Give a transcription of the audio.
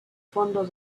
fondo